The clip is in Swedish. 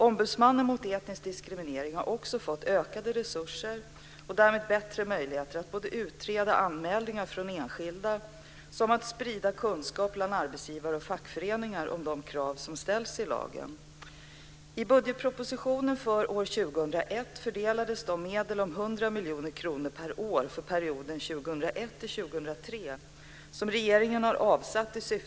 Ombudsmannen mot etnisk diskriminering har också fått ökade resurser och därmed bättre möjligheter att både utreda anmälningar från enskilda och att sprida kunskap bland arbetsgivare och fackföreningar om de krav som ställs i lagen.